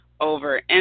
over